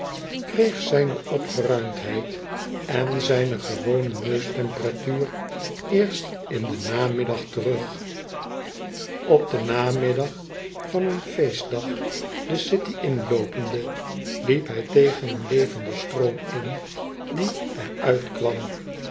kreeg zijne opgeruimdheid en zijne gewone neus temperatuur eerst in den namiddag terug op den namiddag van een feestdag de city inloopende liep hij tegen een levenden stroom in die er uit